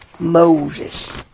Moses